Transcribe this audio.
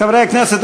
חברי הכנסת,